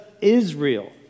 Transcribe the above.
Israel